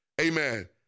Amen